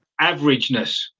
averageness